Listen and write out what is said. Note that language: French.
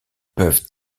peuvent